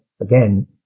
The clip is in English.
again